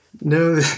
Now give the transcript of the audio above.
no